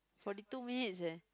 forty two minutes eh